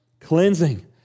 cleansing